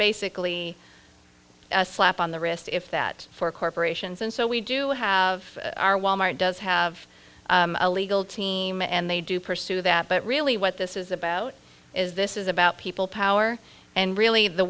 basically a slap on the wrist if that for corporations and so we do have our wal mart does have a legal team and they do pursue that but really what this is about is this is about people power and really the